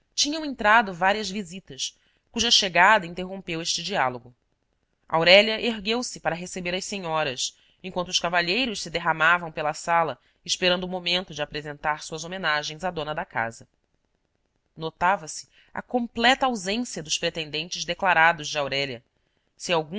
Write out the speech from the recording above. tinham entrado várias visitas cuja chegada interrompeu este diálogo aurélia ergueu-se para receber as senhoras enquanto os cavalheiros se derramavam pela sala esperando o momento de apresentar suas homenagens à dona da casa notava-se a completa ausência dos pretendentes declarados de aurélia se